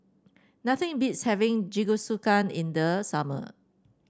nothing beats having Jingisukan in the summer